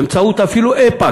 אפילו באמצעות איפא"ק,